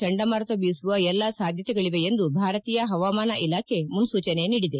ಚಂಡಮಾರುತ ಬೀಸುವ ಎಲ್ಲಾ ಸಾಧ್ಯತೆಗಳಿವೆ ಎಂದು ಭಾರತೀಯ ಹವಾಮಾನ ಇಲಾಖೆ ಮುನ್ನೂಚನೆ ನೀಡಿದೆ